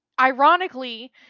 Ironically